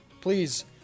Please